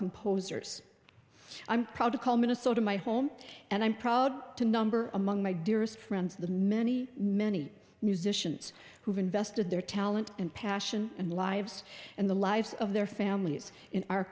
composers i'm proud to call minnesota my home and i'm proud to number among my dearest friends the many many musicians who've invested their talent and passion and lives and the lives of their families in our